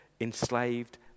enslaved